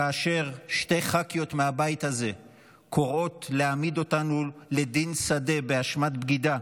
כאשר שתי ח"כיות מהבית הזה קוראות להעמיד אותנו לדין שדה באשמת בגידה,